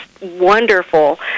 wonderful